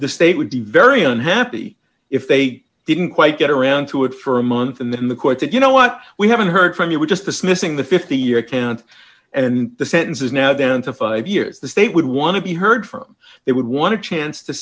the state would be very unhappy if they didn't quite get around to it for a month and then the court said you know what we haven't heard from you we're just dismissing the fifty year count and the sentence is now down to five years the state would want to be heard from they would want to chance to